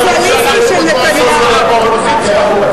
חברת הכנסת יחימוביץ באה ולא מצביעה.